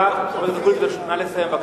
אבקשך לסיים.